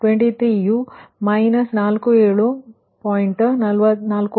ಆದ್ದರಿಂದ Q2 Q23 ಯು −47